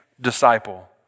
disciple